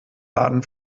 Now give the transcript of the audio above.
baden